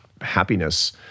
happiness